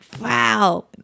Wow